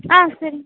ஆ சரிங்க